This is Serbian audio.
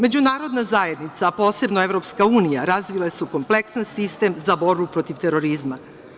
Međunarodna zajednica, a posebno EU, razvile su kompleksan sistem za borbu protiv terorizma.